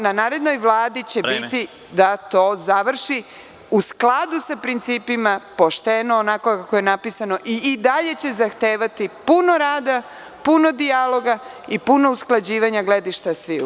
Na narednoj Vladi će biti da to završi u skladu sa principima, pošteno, onako kako je napisano i i dalje će zahtevati puno rada, puno dijaloga i puno usklađivanja gledišta sviju.